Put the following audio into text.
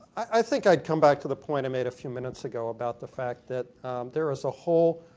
i think i come back to the point made a few minutes ago about the fact that there is a whole